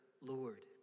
Lord